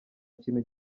kintu